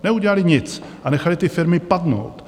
Neudělali nic a nechali ty firmy padnout.